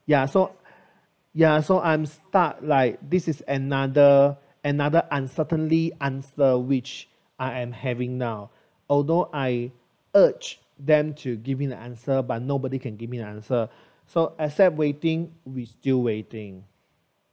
ya so ya so I'm stuck like this is another another uncertainty answer which I am having now although I urge them to give me the answer but nobody can give me the answer so except waiting we still waiting